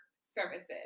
Services